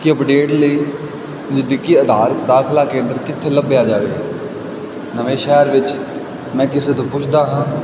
ਕਿ ਅਪਡੇਟ ਲਈ ਨਜ਼ਦੀਕੀ ਆਧਾਰ ਦਾਖ਼ਲਾ ਕੇਂਦਰ ਕਿੱਥੇ ਲੱਭਿਆ ਜਾਵੇ ਨਵੇਂ ਸ਼ਹਿਰ ਵਿੱਚ ਮੈਂ ਕਿਸੇ ਤੋਂ ਪੁੱਛਦਾ ਹਾਂ